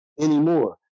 anymore